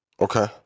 Okay